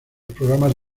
programas